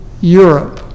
Europe